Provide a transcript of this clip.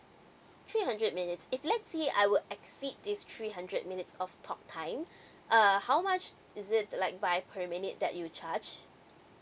three hundred minutes if let see I were exceed this three hundred minutes of talk time uh how much is it like by per minute that you charge